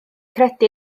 credu